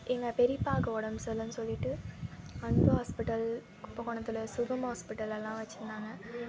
எங்கள் பெரியப்பாக்கு உடம்பு சரியில்லன்னு சொல்லிட்டு அன்பு ஹாஸ்பிட்டல் கும்பகோணத்தில் சுகம் ஹாஸ்பிட்டல் எல்லாம் வச்சிருந்தாங்க